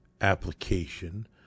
application